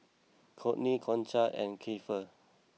Cortney Concha and Keifer